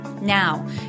Now